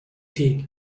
pig